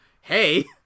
hey